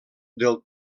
del